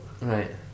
right